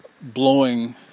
blowing